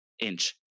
inch